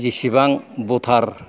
जिसेबां भटार